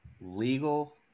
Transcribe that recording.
legal